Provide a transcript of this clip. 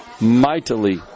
mightily